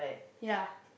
ya